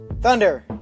Thunder